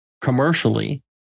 commercially